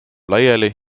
laiali